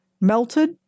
melted